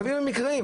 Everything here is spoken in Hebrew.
תביאו לנו מקרים,